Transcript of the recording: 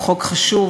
הוא חוק חשוב,